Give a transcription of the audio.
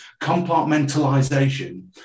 compartmentalization